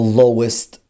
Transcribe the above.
lowest